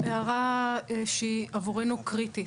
הערה שהיא עבורנו קריטית.